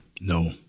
No